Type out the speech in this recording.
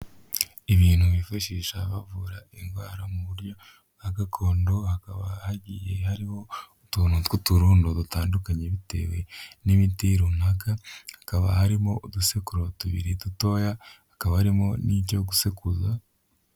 Ibintu bifashisha bavura indwara mu buryo bwa gakondo; hakaba hagiye harimo utuntu tw'uturondo dutandukanye bitewe n'ibiti runaka; hakaba harimo udusekuru tubiri dutoya hakaba; harimo n'ibyo gusekuza.